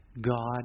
God